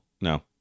no